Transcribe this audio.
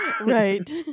right